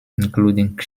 including